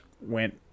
went